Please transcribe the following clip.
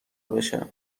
بشه